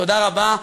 תודה רבה.